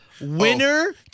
Winner